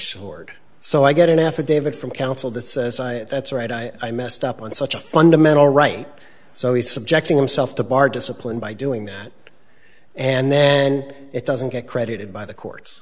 shored so i get an affidavit from counsel that says i that's right i messed up on such a fundamental right so he's subjecting himself to bar discipline by doing that and then it doesn't get credited by the